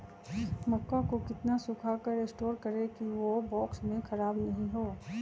मक्का को कितना सूखा कर स्टोर करें की ओ बॉक्स में ख़राब नहीं हो?